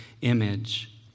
image